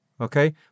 Okay